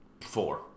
four